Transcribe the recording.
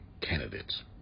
candidates